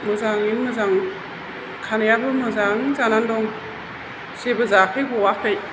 मोजाङैनो मोजां खानाइयाबो मोजां जानानै दं जेबो जायाखै गवाखै